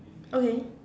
okay